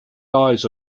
eyes